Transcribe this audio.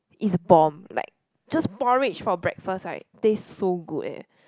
it's bomb like just porridge for breakfast right taste so good eh